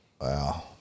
Wow